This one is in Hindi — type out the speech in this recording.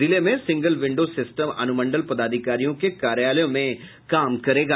जिले में सिंगल विंडो सिस्टम अनुमंडल पदाधिकारियों के कार्यालयों में काम करेगा